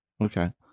okay